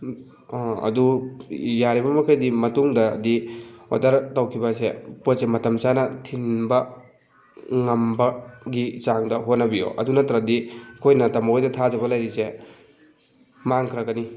ꯑꯗꯨ ꯌꯥꯔꯤꯕ ꯃꯈꯩꯗꯤ ꯃꯇꯨꯡꯗꯗꯤ ꯑꯣꯔꯗꯔ ꯇꯧꯈꯤꯕꯁꯦ ꯄꯣꯠꯁꯦ ꯃꯇꯝ ꯆꯥꯅ ꯊꯤꯟꯕ ꯉꯝꯕꯒꯤ ꯆꯥꯡꯗ ꯍꯣꯠꯅꯕꯤꯌꯣ ꯑꯗꯨ ꯅꯠꯇ꯭ꯔꯗꯤ ꯑꯩꯈꯣꯏꯅ ꯇꯥꯃꯣ ꯍꯣꯏꯗ ꯊꯥꯖꯕ ꯂꯩꯔꯤꯁꯦ ꯃꯥꯡꯈ꯭ꯔꯒꯅꯤ